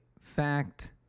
fact